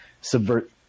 subvert